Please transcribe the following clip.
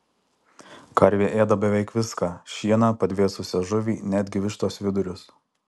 karvė ėda beveik viską šieną padvėsusią žuvį netgi vištos vidurius